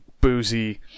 boozy